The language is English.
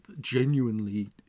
genuinely